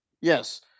Yes